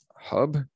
hub